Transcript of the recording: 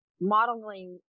modeling